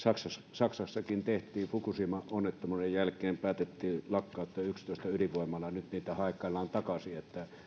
saksassakin tehtiin fukushiman onnettomuuden jälkeen päätettiin lakkauttaa yksitoista ydinvoimalaa nyt niitä haikaillaan takaisin eli